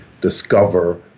discover